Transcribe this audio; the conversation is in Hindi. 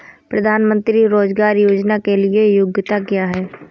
प्रधानमंत्री रोज़गार योजना के लिए योग्यता क्या है?